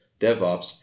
DevOps